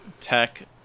tech